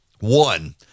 One